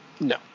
No